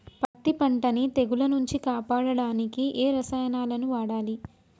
పత్తి పంటని తెగుల నుంచి కాపాడడానికి ఏ రసాయనాలను వాడాలి?